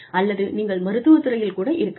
அல்லது நீங்கள் மருத்துவத் துறையில் கூட இருக்கலாம்